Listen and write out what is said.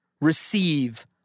receive